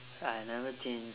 I never change